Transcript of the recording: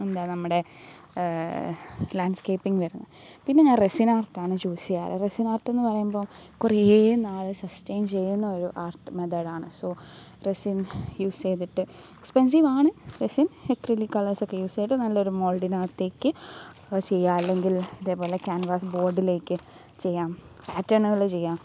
എന്താണ് നമ്മുടെ ലാൻഡ്സ്കേപ്പിംഗ് വരുന്നേ പിന്നെ ഞാൻ റെസിനാർട്ടാണ് ചൂസെയ്യാറ് റെസിന് ആർട്ട് എന്ന് പറയുമ്പോള് കുറേ നാള് സസ്റ്റൈൻ ചെയ്യുന്നൊരു ആർട്ട് മെതേഡാണ് സോ റെസിൻ യൂസ് ചെയ്തിട്ട് എക്സ്പെൻസീവാണ് പക്ഷെ അക്രലിക് കളേർസ് ഒക്കെ യൂസെയ്തിട്ട് നല്ലൊരു മോൾഡിനകത്തേക്ക് അത് ചെയ്യാം അല്ലെങ്കിൽ ഇതേപോലെ ക്യാൻവാസ് ബോർഡിലേക്ക് ചെയ്യാം പാറ്റേർണുകള് ചെയ്യാം